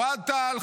אוהד טל,